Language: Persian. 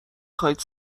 خواید